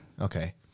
Okay